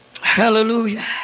Hallelujah